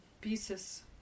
pieces